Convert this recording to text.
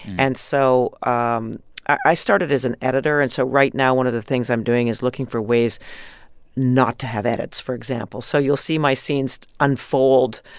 and so um i started as an editor. and so right now, one of the things i'm doing is looking for ways not to have edits, for example. so you'll see my scenes unfold,